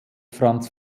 franz